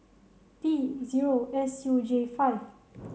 P zero S U J five